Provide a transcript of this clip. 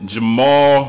Jamal